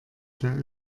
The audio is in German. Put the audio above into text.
der